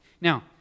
Now